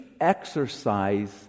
exercise